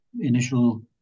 Initial